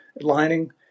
lining